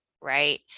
right